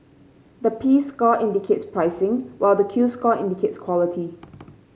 the P score indicates pricing while the Q score indicates quality